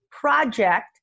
project